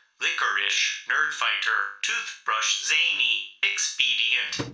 licorice, nerdfighter, toothbrush, zany, expedient,